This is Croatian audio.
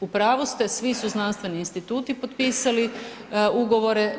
U pravu ste, svi su znanstveni instituti potpisali ugovore.